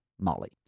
Molly